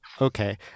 Okay